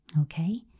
Okay